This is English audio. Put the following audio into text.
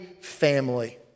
family